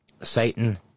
Satan